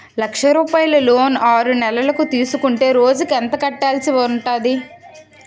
లక్ష రూపాయలు లోన్ ఆరునెలల కు తీసుకుంటే రోజుకి ఎంత కట్టాల్సి ఉంటాది?